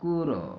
କୁକୁର